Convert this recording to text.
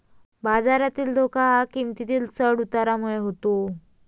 बाजारातील धोका हा किंमतीतील चढ उतारामुळे होतो